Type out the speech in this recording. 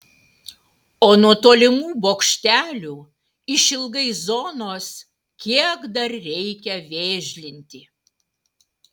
o nuo tolimų bokštelių išilgai zonos kiek dar reikia vėžlinti